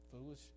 foolish